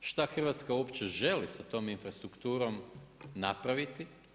Šta Hrvatska uopće želi sa tom infrastrukturom napraviti?